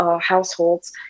households